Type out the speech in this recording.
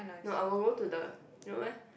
not I will go to the